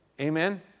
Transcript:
Amen